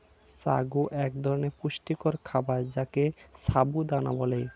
সাগু এক ধরনের পুষ্টিকর খাবার যাকে সাবু দানা বলে